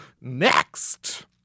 Next